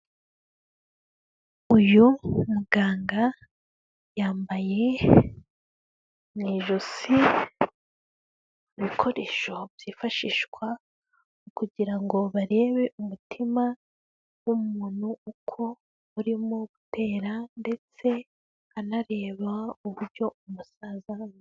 Uyu muganga yambaye mu ijosi ibikoresho byifashishwa kugira ngo barebe umutima w'uwo muntu uko urimo gutera ndetse anareba uburyo umusaza ameze.